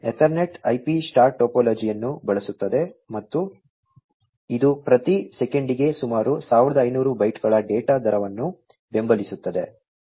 Ethernet IP star ಟೋಪೋಲಜಿಯನ್ನು ಬಳಸುತ್ತದೆ ಮತ್ತು ಸಮಯವನ್ನು ನೋಡಿ 2117 ಇದು ಪ್ರತಿ ಸೆಕೆಂಡಿಗೆ ಸುಮಾರು 1500 ಬೈಟ್ಗಳ ಡೇಟಾ ದರವನ್ನು ಬೆಂಬಲಿಸುತ್ತದೆ